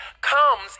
comes